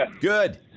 Good